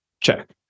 check